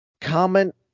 comment